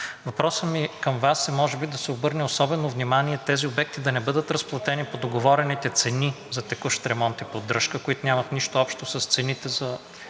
Въпросът ми към Вас е може би да се обърне особено внимание тези обекти да не бъдат разплатени по договорените цени за текущ ремонт и поддръжка, които нямат нищо с цените за